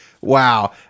Wow